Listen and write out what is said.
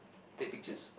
take pictures